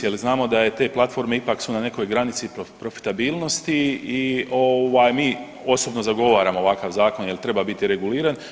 Jer znamo da te platforme ipak su na nekoj granici profitabilnosti i ovaj, mi osobno zagovaramo ovakav zakon, jer treba biti reguliran.